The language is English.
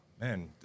man